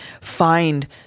find